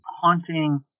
haunting